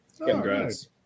Congrats